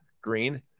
green